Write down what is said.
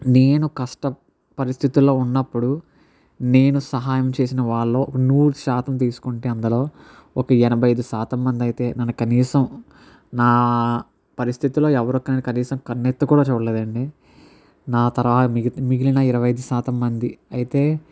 నేను కష్ట పరిస్థితుల్లో ఉన్నప్పుడు నేను సహాయం చేసిన వాళ్ళు నూరు శాతం తీసుకుంటే అందులో ఒక ఎనభై ఐదు శాతం మంది అయితే నన్ను కనీసం నా పరిస్థితిలో ఎవరికైనా కనీసం కన్ను ఎత్తి కూడా చూడలేడు అండి నా తరహా మిగిలిన ఇరవై ఐదు శాతం మంది అయితే